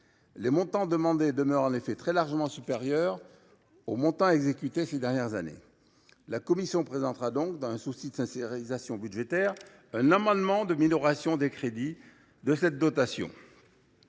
Les montants demandés demeurent en effet très largement supérieurs aux montants exécutés ces dernières années. La commission présentera donc, dans un souci de « sincérisation » budgétaire, un amendement de minoration des crédits de cette dotation.